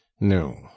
no